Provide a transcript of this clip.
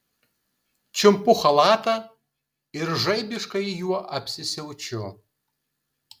čiumpu chalatą ir žaibiškai juo apsisiaučiu